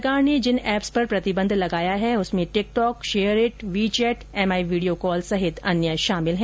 सरकार ने जिन एप्स पर प्रतिबंध लगाया हैं उसमें TikTok SHAREit WeChat Mi video call समेत अन्य शामिल हैं